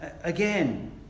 again